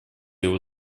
его